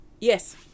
Yes